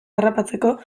harrapatzeko